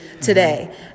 today